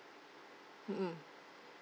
mm mm